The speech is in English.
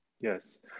Yes